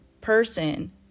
person